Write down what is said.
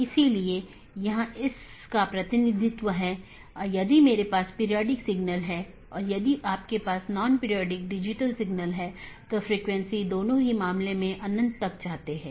अब मैं कैसे एक मार्ग को परिभाषित करता हूं यह AS के एक सेट द्वारा परिभाषित किया गया है और AS को मार्ग मापदंडों के एक सेट द्वारा तथा गंतव्य जहां यह जाएगा द्वारा परिभाषित किया जाता है